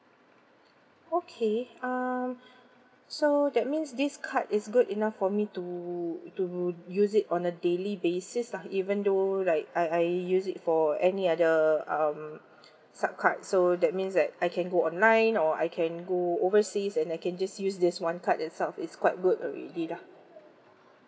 okay um so that means this card is good enough for me to to use it on a daily basis lah even though like I I use it for any other um sub card so that means that I can go online or I can go overseas and I can just use this one card itself is quite good already lah